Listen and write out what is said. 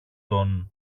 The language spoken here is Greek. των